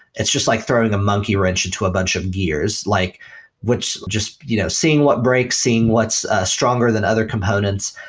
it's just like throwing a monkey wrench into a bunch of years, like just you know seeing what breaks, seeing what's ah stronger than other components.